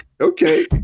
okay